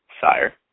Sire